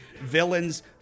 villain's